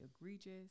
egregious